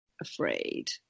afraid